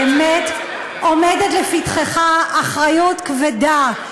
באמת עומדת לפתחך אחריות כבדה,